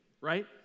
Right